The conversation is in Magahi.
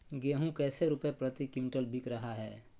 गेंहू कैसे रुपए प्रति क्विंटल बिक रहा है?